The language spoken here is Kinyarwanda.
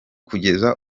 kugeza